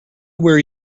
where